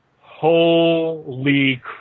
Holy